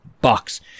bucks